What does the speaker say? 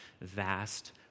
vast